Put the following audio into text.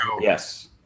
yes